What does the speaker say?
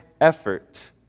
effort